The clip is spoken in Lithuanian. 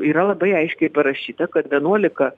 yra labai aiškiai parašyta kad vienuolika